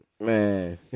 Man